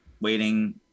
waiting